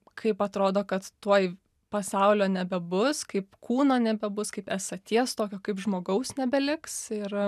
kaip atrodo kad tuoj pasaulio nebebus kaip kūno nebebus kaip esaties tokio kaip žmogaus nebeliks ir